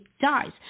dies